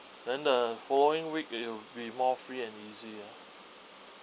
then the following week it'll be more free and easy